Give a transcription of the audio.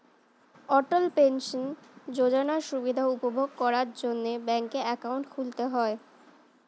অটল pension যোজনার সুবিধা উপভোগ করার জন্যে ব্যাংকে অ্যাকাউন্ট খুলতে হয়